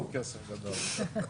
לא כסף גדול.